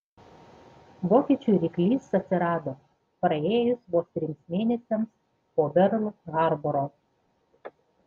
vokiečių ryklys atsirado praėjus vos trims mėnesiams po perl harboro